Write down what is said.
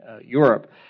Europe